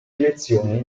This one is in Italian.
elezioni